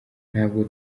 ntabwo